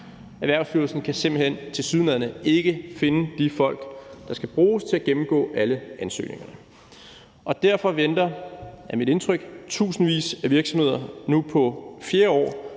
Erhvervsstyrelsen kan tilsyneladende simpelt hen ikke finde de folk, der skal bruges til at gennemgå alle ansøgningerne. Og derfor venter – det er mit indtryk – tusindvis af virksomheder nu på fjerde år